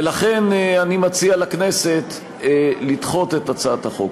ולכן, אני מציע לכנסת לדחות את הצעת החוק.